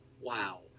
Wow